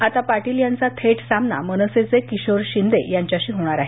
आता पाटील यांचा थेट सामना मनसेचे किशोर शिंदे यांच्याशी होणार आहे